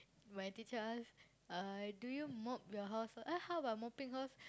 my teacher ask uh do you mop your house uh how about mopping house